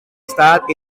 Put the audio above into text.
estat